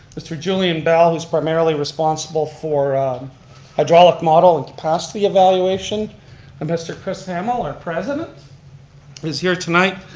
mr. julien bell, who's primarily responsible for hydraulic model and capacity evaluation, and mr. chris hamel, our president is here tonight.